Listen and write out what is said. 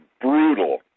brutal